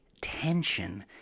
tension